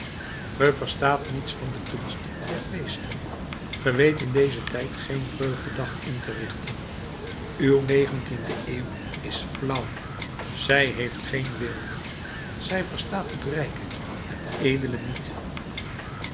verstaat niets van de kunst der feesten ge weet in dezen tijd geen vreugdedag in te richten uw negentiende eeuw is flauw zij heeft geen weelde zij verstaat het rijke het edele niet